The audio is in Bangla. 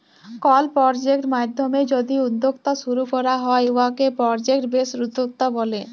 কল পরজেক্ট মাইধ্যমে যদি উদ্যক্তা শুরু ক্যরা হ্যয় উয়াকে পরজেক্ট বেসড উদ্যক্তা ব্যলে